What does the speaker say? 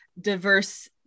diverse